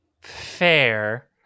fair